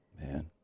Man